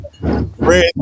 Red